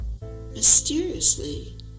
mysteriously